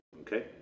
Okay